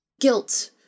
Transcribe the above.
guilt